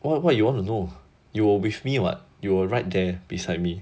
what what you want to know you were with me [what] you were right there beside me